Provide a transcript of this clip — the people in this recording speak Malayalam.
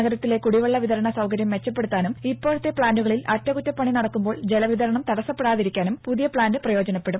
നഗരത്തിലെ കുടിവെള്ള വിതരണ സൌകര്യം മെച്ചപ്പെടുത്താനും ഇപ്പോഴത്തെ പ്ലാന്റുകളിൽ അറ്റകുറ്റപ്പണി നടക്കുമ്പോൾ ജലവിതരണം തടസ്സപ്പെടാതിരിക്കാനും പുതിയ പ്ലാന്റ് പ്രയോജനപ്പെടും